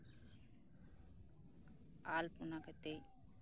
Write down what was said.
ᱟᱞᱯᱚᱱᱟ ᱠᱟᱛᱮ